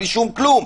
בלי שום כלום.